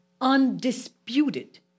undisputed